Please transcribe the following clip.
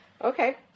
Okay